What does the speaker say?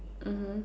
mmhmm